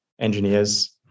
engineers